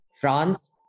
France